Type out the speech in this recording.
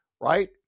right